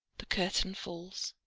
the curtain falls.